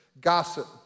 gossip